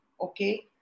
okay